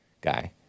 guy